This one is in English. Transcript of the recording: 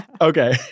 Okay